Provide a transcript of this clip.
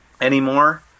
anymore